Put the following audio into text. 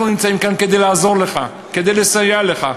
אנחנו נמצאים כאן כדי לעזור לך, כדי לסייע לך.